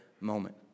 moment